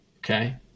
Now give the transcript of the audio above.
Okay